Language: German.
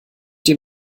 dem